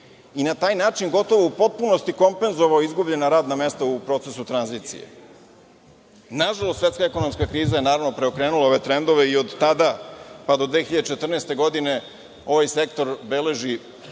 i na taj način gotovo je u potpunosti kompenzovao izgubljena radna mesta u procesu tranzicije. Nažalost, svetska ekonomska kriza je preokrenula ove trendove i od tada, pa do 2014. godine ovaj sektor beleži